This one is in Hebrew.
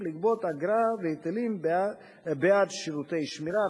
לגבות אגרות והיטלים בעד שירותי שמירה,